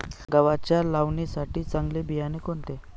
गव्हाच्या लावणीसाठी चांगले बियाणे कोणते?